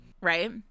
right